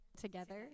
Together